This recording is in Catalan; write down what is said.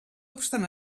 obstant